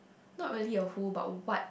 not really a who but what